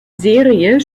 serie